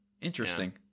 Interesting